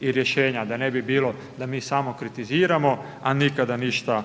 i rješenja da ne bi bilo da mi samo kritiziramo, a nikada ništa